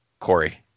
Corey